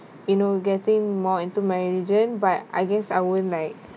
you know getting more into my religion but I guess I won't like